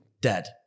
Dead